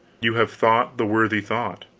you have thought the worthy thought,